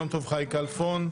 יום טוב חי כלפון,